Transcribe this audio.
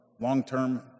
long-term